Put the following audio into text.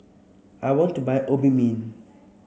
I want to buy Obimin